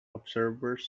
observers